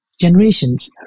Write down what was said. generations